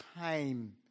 time